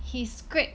he scrape